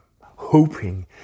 hoping